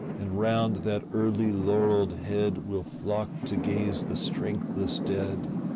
and round that early-laurelled head will flock to gaze the strengthless dead,